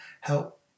help